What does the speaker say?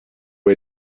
way